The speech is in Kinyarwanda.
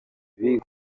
biga